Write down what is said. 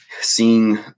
seeing